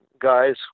guys